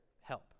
help